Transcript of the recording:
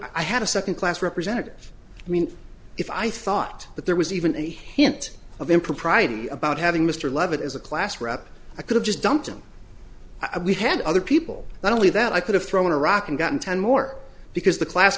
i had a second class representative i mean if i thought that there was even a hint of impropriety about having mr levitt as a class rep i could have just dumped him i we had other people not only that i could have thrown a rock and gotten ten more because the class